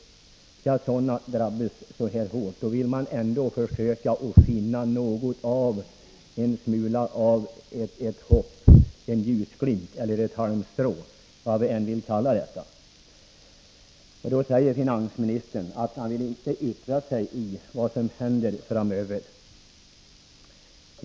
Skall sådana människor drabbas så här hårt, då vill man ändå försöka finna en smula hopp, en ljusglimt, eller ett halmstrå — vad vi än må kalla det. Nu säger finansministern att han inte vill ”yttra sig om vad som händer framöver”.